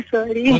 Sorry